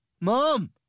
mom